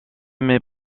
mes